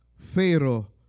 Pharaoh